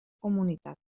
comunitat